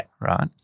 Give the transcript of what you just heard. right